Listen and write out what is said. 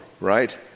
Right